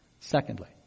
Secondly